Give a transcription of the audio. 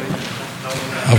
אבל זה לא הסיפור, כמובן.